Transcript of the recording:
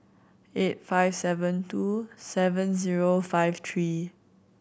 eight five seven two seven zero five three